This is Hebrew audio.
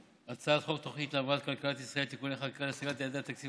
הצעת חוק התוכנית להבראת כלכלת ישראל (תיקוני חקיקה להשגת יעדי התקציב